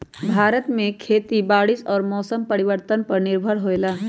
भारत में खेती बारिश और मौसम परिवर्तन पर निर्भर होयला